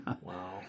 Wow